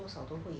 多少都会